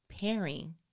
pairing